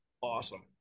awesome